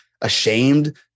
ashamed